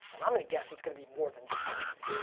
and i'm gonna guess it's gonna be more than just somebody.